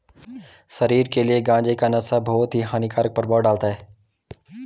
शरीर के लिए गांजे का नशा बहुत ही हानिकारक प्रभाव डालता है